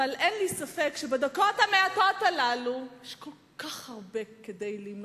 אבל אין לי ספק שבדקות המעטות הללו יש כל כך הרבה כדי למנות,